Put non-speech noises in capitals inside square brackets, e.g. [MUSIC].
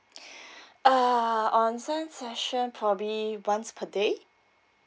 [BREATH] uh onsen session probably once per day